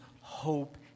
hope